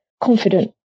confident